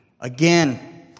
Again